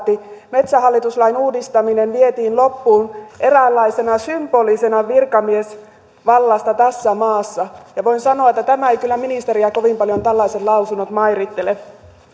metsähallitus lain uudistaminen vietiin loppuun eräänlaisena symbolina virkamiesvallasta tässä maassa voin sanoa että eivät kyllä ministeriä kovin paljon tällaiset lausunnot mairittele